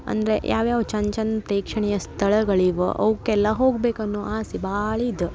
ಅಂದರೆ ಯಾವ ಯಾವ ಚಂದ ಚಂದ ಪ್ರೇಕ್ಷಣೀಯ ಸ್ಥಳಗಳಿವೆ ಅವ್ಕೆಲ್ಲ ಹೋಗ್ಬೇಕು ಅನ್ನೋ ಆಸೆ ಭಾಳ ಇದೆ